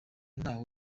ntaho